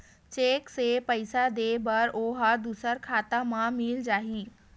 Cheque से पईसा दे बर ओहा दुसर खाता म मिल जाही?